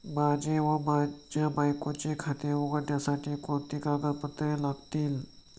माझे व माझ्या बायकोचे खाते उघडण्यासाठी कोणती कागदपत्रे लागतील?